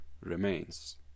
remains